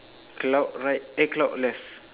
cloud right eh cloud left